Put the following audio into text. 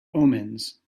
omens